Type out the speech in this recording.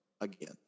again